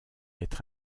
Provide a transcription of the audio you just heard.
être